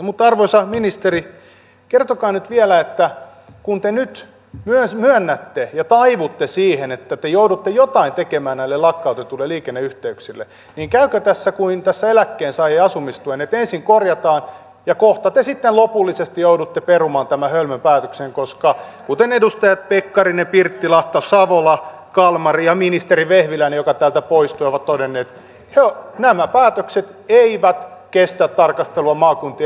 mutta arvoisa ministeri kertokaa nyt vielä kun te nyt myös myönnätte ja taivutte siihen että te joudutte jotain tekemään näille lakkautetuille liikenneyhteyksille käykö tässä niin kuin tässä eläkkeensaajien asumistuessa että ensin korjataan ja kohta te sitten lopullisesti joudutte perumaan tämän hölmön päätöksen koska kuten edustajat pekkarinen pirttilahti savola kalmari ja ministeri vehviläinen joka täältä poistui ovat todenneet nämä päätökset eivät kestä tarkastelua maakuntien elinvoiman kannalta